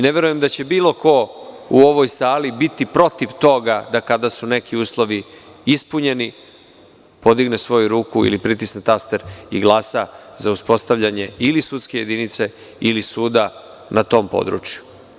Ne verujem da će bilo ko u ovoj sali biti protiv toga da, kada su neki uslovi ispunjeni, podigne svoju ruku ili pritisne taster i glasa za uspostavljanje ili sudske jedinice ili suda na tom području.